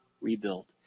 rebuilt